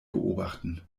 beobachten